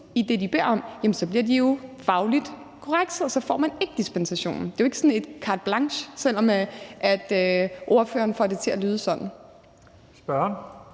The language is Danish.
i det, de beder om, bliver de fagligt korrekset. Så får man ikke dispensationen. Det er jo ikke sådan et carte blanche, selv om ordføreren får det til at lyde sådan. Kl.